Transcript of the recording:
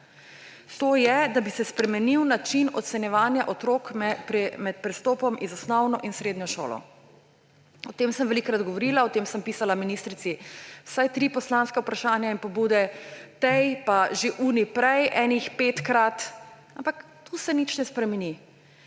To je, da bi se spremenil način ocenjevanja otrok med prestopom z osnovne na srednjo šolo. O tem sem velikokrat govorila, o tem sem pisala ministrici vsaj tri poslanska vprašanja in pobude tej, pa že oni prej enih petkrat, ampak, tu se nič ne spremeni.